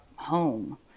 home